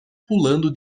pulando